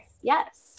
yes